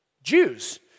Jews